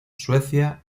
suecia